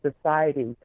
society